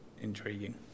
intriguing